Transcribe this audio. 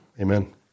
Amen